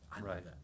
Right